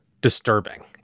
disturbing